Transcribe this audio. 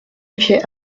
fiait